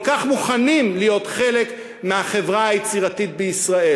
כל כך מוכנים להיות חלק מהחברה היצירתית בישראל.